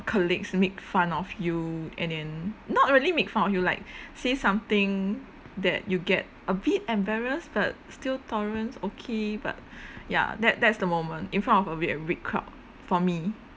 colleagues make fun of you and then not really make fun of you like say something that you get a bit embarrassed but still tolerance okay but ya that that's the moment in front of a big a big crowd for me